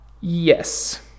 Yes